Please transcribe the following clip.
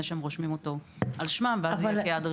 שהם ירשמו אותו על שמם ואז הוא עדיין יירשם כ"יד ראשונה".